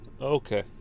Okay